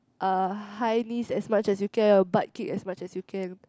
uh high knees as much as you can or butt kick as much as you can